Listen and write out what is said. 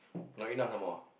not enough some more